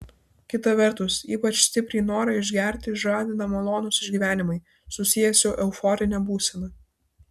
kita vertus ypač stipriai norą išgerti žadina malonūs išgyvenimai susiję su euforine būsena